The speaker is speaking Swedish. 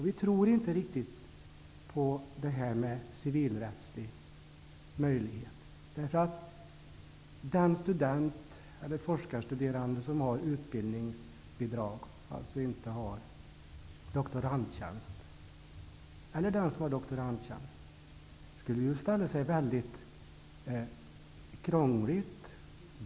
Vi tror inte riktigt på detta med civilrättslig möjlighet, därför att för den student eller forskarstuderande som har utbildningsbidrag, dvs. för den som har doktorandtjänst, skulle det ställa sig väldigt krångligt och dyrt.